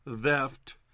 theft